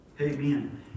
Amen